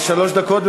שלוש דקות.